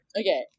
Okay